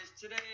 today